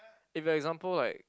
if the example like